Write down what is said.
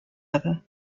other